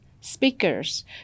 speakers